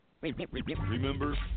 Remember